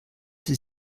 sie